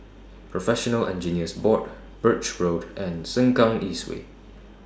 Professional Engineers Board Birch Road and Sengkang East Way